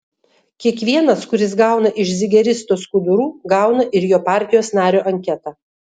kiekvienas kuris gauna iš zigeristo skudurų gauna ir jo partijos nario anketą